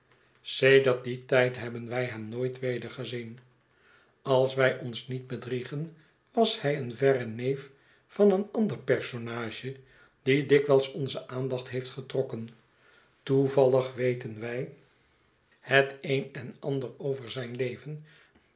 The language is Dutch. sedert dien tijd hebben wij hem nooit wedergezien als wij ons niet bedriegen was hij een verre neef van een ander personage die dikwijis onze aandacht heeft getrokken toevallig weten wij het een en ander van zijn